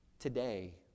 Today